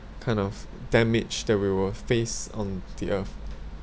kind of damage that we will face on the earth